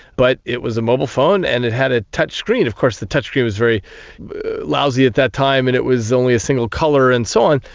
but it was a mobile phone and it had a touchscreen. of course the touchscreen was very lousy at that time and it was only a single colour and so on,